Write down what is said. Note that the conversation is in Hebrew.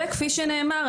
כפי שנאמר,